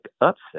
upset